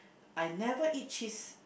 I never eat cheese